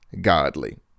godly